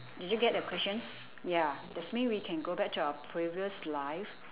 did you get the questions ya that's mean we can go back to our previous life